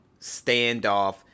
standoff